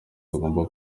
tugomba